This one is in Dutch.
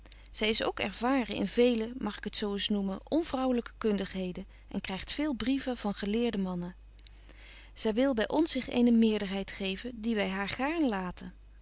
zy is ook ervaren in vele mag ik het zo eens noemen onvrouwlyke kundigheden en krygt veel brieven van geleerde mannen zy wil by ons zich eene meerderheid geven die wy haar gaarn laten